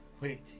Wait